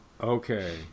okay